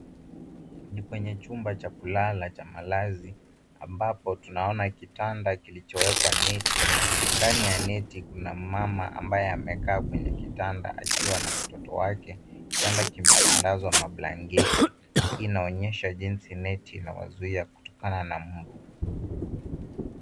Ni kwenye chumba cha kulala cha malazi, ambapo tunaona kitanda kilichowekwa neti. Ndani ya neti kuna mama ambaye amekaa kwenye kitanda akiwa na mtoto wake. Kitanda kimetandikwa mablanketi. Inaonyesha jinsi neti inawazuia kutokana na mbu.